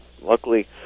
Luckily